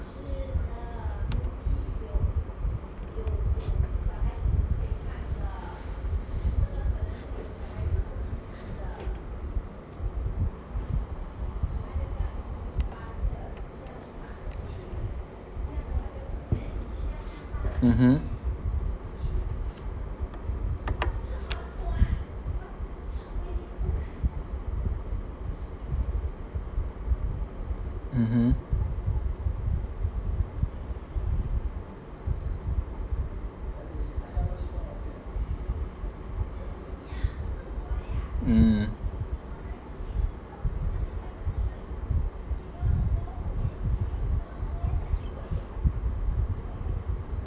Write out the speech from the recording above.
mmhmm mmhmm mm